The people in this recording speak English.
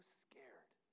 scared